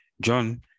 John